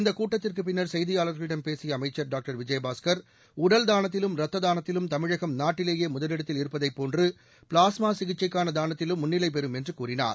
இந்தக் கூட்டத்திற்குப் பின்னர் செய்தியாளர்களிடம் பேசிய அமைச்சர் டாக்டர் விஜயபாஸ்கர் உடல்தானத்திலும் ரத்த தானத்திலும் தமிழகம் நாட்டிலேயே முதலிடத்தில் இருப்பதைப் போன்று பிளாஸ்மா சிகிச்சைக்கான தானத்திலும் முன்னிலை பெறும் என்று கூறினார்